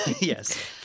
Yes